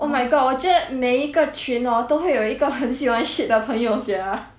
oh my god 我觉得每一个群 hor 都会有一个很喜欢 shit 的朋友 sia